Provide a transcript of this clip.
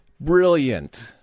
brilliant